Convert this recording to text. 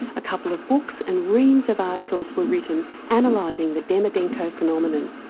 a couple of books and reams of articles were written, analysing the demidenko phenomenon.